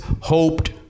hoped